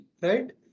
right